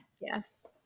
Yes